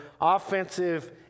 offensive